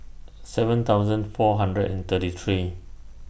seven thousand four hundred and thirty three